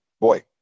Boy